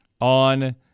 on